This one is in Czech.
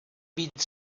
být